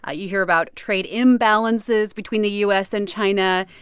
ah you hear about trade imbalances between the u s. and china.